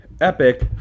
Epic